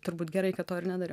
turbūt gerai kad to ir nedariau